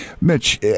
mitch